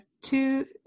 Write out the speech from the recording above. Two